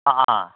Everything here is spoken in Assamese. অঁ অঁ